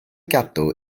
gadw